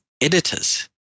editors